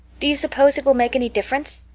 do you suppose it will make any difference?